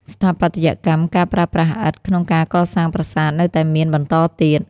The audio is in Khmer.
ស្ថាបត្យកម្ម ការប្រើប្រាស់ឥដ្ឋក្នុងការកសាងប្រាសាទនៅតែមានបន្តទៀត។